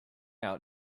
out